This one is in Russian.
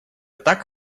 так